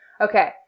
Okay